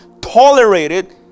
tolerated